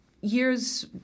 years